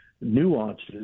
nuances